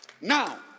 now